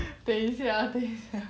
等一下等一下